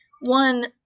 one